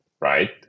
right